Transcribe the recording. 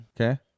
Okay